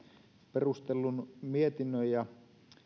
perustellun mietinnön ja